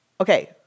okay